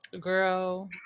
girl